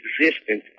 existence